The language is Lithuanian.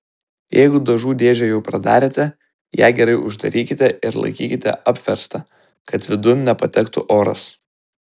jeigu dažų dėžę jau pradarėte ją gerai uždarykite ir laikykite apverstą kad vidun nepatektų oras